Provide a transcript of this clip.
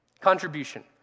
contribution